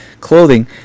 clothing